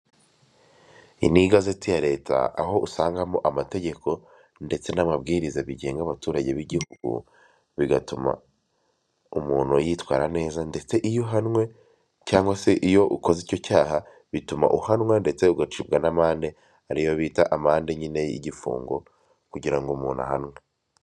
Iyi ni igazeti ya leta aho usangamo amategeko ndetse n'amabwiriza bigenga abaturage b'igihugu, bigatuma umuntu yitwara neza ndetse iyo uhanwe cyangwa se iyo ukoze icyo cyaha bituma uhanwa ndetse ugacibwa n'amande, ariyo bita amande nyine y'igifungo kugira ngo umuntu ahanwe.